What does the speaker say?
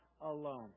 alone